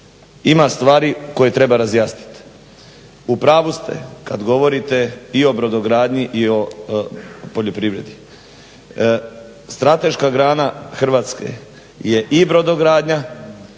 Ima stvari koje treba razjasnit, u pravu ste kad govorite i o brodogradnji, i o poljoprivredi. Strateška grana Hrvatske je i brodogradnja